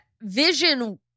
Vision